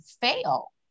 fail